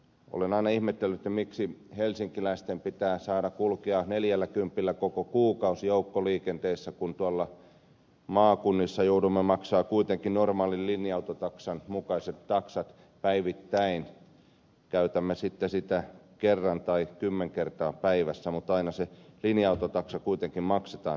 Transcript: olen aina ihmetellyt miksi helsinkiläisten pitää saada kulkea neljälläkympillä koko kuukausi joukkoliikenteessä kun tuolla maakunnissa joudumme maksamaan kuitenkin normaalin linja autotaksan mukaiset taksat päivittäin käytämme sitä sitten kerran tai kymmenen kertaa päivässä mutta aina se linja autotaksa kuitenkin maksetaan siellä